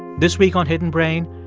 this week on hidden brain,